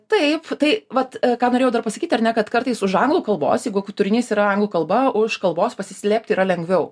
taip tai vat ką norėjau dar pasakyt ar ne kad kartais už anglų kalbos jeigu turinys yra anglų kalba už kalbos pasislėpti yra lengviau